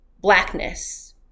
blackness